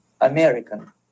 American